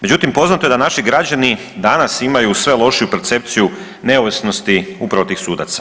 Međutim, poznato je da naši građani danas imaju sve lošiju percepciju neovisnosti upravo tih sudaca.